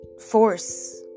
force